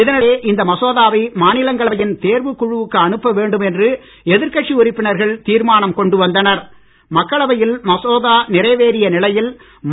இதனிடையே இந்த மசோதாவை மாநிலங்களவையின் தேர்வுக் குழுவுக்கு அனுப்ப வேண்டும் என்று எதிர்கட்சி உறுப்பினர்கள் தீர்மானம் மக்களவையில் மசோதா நிறைவேறிய நிலையில் கொண்டு வந்தனர்